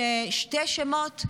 ששני שמות,